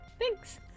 Thanks